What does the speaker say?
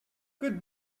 good